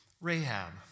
Rahab